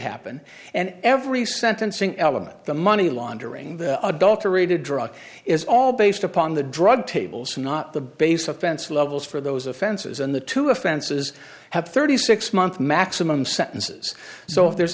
happen and every sentencing element the money laundering adulterated drug is all based upon the drug tables not the base offense levels for those offenses and the two offenses have thirty six month maximum sentences so if there's